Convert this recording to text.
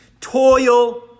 toil